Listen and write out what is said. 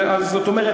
זאת אומרת,